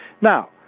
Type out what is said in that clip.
Now